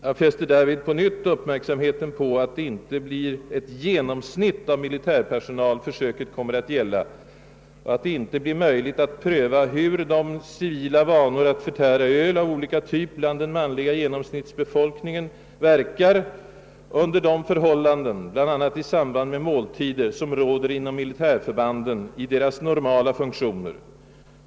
Jag fäster på nytt uppmärksamheten på att det inte blir ett genomsnitt av militärpersonal, som försöket kommer att gälla, och att det inte blir möjligt att pröva hur de civila vanorna bland den manliga genomsnittsbefolkningen att förtära öl av olika typ verkar under de förhållanden, bland annat i samband med måltider, som råder inom militärförbanden i deras normala funktioner.